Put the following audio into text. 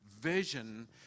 vision